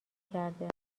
کرده